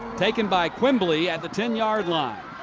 taken by quimbley at the ten yard line.